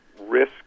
risk